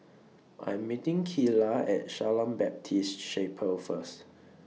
I'm meeting Keyla At Shalom Baptist Chapel First